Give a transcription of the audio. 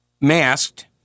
masked